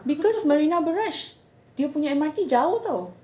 because marina barrage dia punya M_R_T jauh [tau]